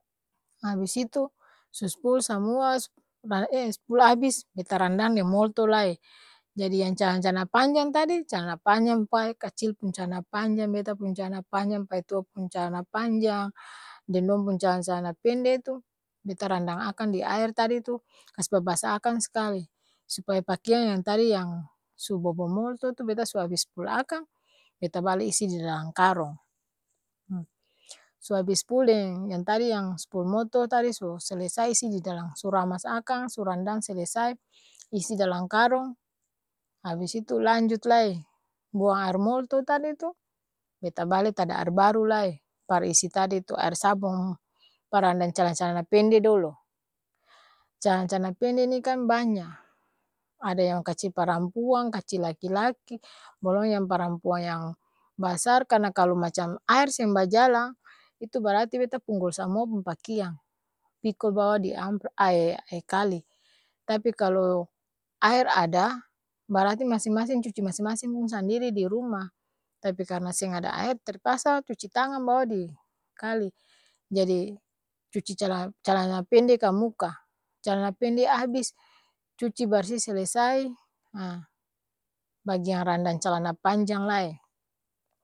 Habis itu, su spul samua, su ba'e spul abis beta randang deng molto lai, jadi yang cala-cal'na panjang tadi! Calana panjang pae kacil pung calna panjang, beta pung calna panjang, paitua pung calana panjang, deng dong pung cal-calana pende itu, beta randang akang di aer tadi tu, kas babasa akang s'kali, supaya pakeang yang tadi yang su bo-bou molto tu beta su abis spul akang, beta bale isi di dalang karong! su abis spul deng yang tadi yang spul molto tadi so selesai isi di dalang su ramas akang su randang selesai, isi dalang karong, abis itu lanjut lai, buang aer molto tadi tu! Beta bale tada aer baru lai, par isi tadi tu aer sabong, par randang calana-calana pende dolo, calana-calana pende ni kan banya ada yang kacil parampuang, kacil laki-laki, balong yang parampuang yang, basar karna kalu macam aer seng bajalang, itu bar'ati beta punggul samua pung pakiang, pikol bawa di am a kali, tapi kalo aer ada, bar'ati masing-masing cuci masing-masing pung sandiri di ruma, tapi karna seng ada aer, terpaksa cuci tangang bawa di kali jadi cuci cala calana pende kamuka, calana pende abis, cuci barsi selesai, haa bagiang randang calana panjang lae.